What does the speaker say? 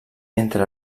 entre